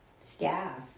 staff